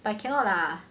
but cannot lah